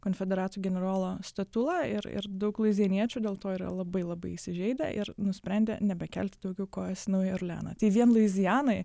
konfederatų generolo statulą ir ir daug luizieniečių dėl to yra labai labai įsižeidę ir nusprendė nebekelti daugiau kojos į naują orleaną tai vien luizianai